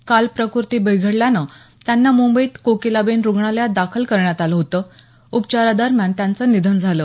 काल प्रकृती बिघडल्यानं त्यांना मुंबईत कोकिलाबेन रुग्णालयात दाखल करण्यात आलं होतं उपचारादरम्यान त्यांचं निधन झालं